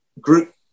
group